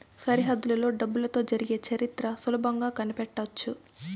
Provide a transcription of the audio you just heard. సరిహద్దులలో డబ్బులతో జరిగే చరిత్ర సులభంగా కనిపెట్టవచ్చు